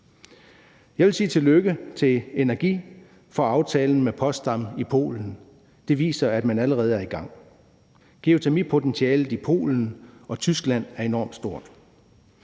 Jeg vil sige tillykke til Innargi for aftalen med Poznan i Polen. Det viser, at man allerede er i gang. Geotermipotentialet i Polen og Tyskland er enormt stort.